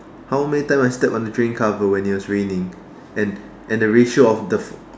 how many times I stepped on the drain cover when it was raining and and the ratio of the f~